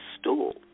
stool